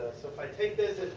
so, if i take this.